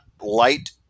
light